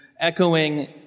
echoing